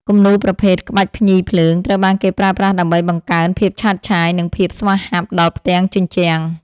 គំនូរប្រភេទ ក្បាច់ភ្ញីភ្លើង ត្រូវបានគេប្រើប្រាស់ដើម្បីបង្កើនភាពឆើតឆាយ និងភាពស្វាហាប់ដល់ផ្ទាំងជញ្ជាំង។